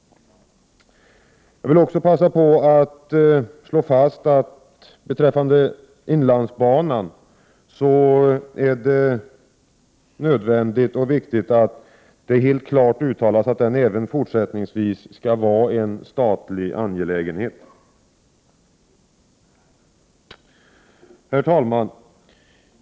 Jag vill också passa på att slå fast att det beträffande inlandsbanan är nödvändigt och viktigt att det klart uttalas att den även fortsättningsvis skall vara en statlig angelägenhet. Herr talman!